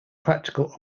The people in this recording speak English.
practical